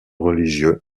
religieux